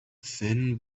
thin